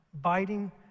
biting